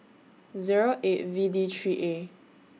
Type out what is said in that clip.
Zero eight V D three A